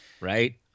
right